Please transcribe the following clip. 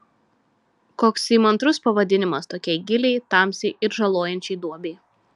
koks įmantrus pavadinimas tokiai giliai tamsiai ir žalojančiai duobei